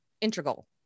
integral